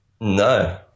No